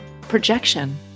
projection